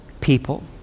people